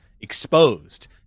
exposed